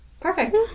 perfect